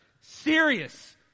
serious